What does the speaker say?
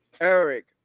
Eric